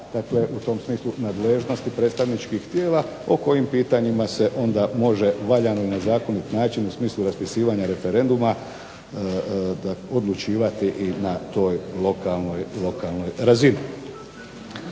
dakle u tom smislu nadležnosti predstavničkih tijela o kojim pitanjima se onda može valjano i na zakonit način u smislu raspisivanja referenduma odlučivati i na toj lokalnoj razini.